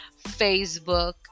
Facebook